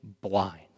blind